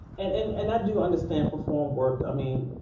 and and and i do understand perform work. i mean,